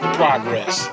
progress